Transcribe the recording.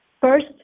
first